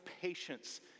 patience